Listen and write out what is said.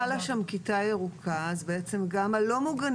אבל אם חלה שם כיתה ירוקה אז בעצם גם הלא מוגנים